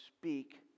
speak